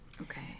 okay